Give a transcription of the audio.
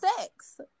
sex